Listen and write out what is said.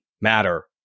matter